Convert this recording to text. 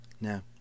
Now